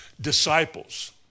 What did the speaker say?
disciples